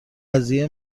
قضیه